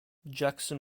jackson